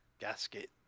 gasket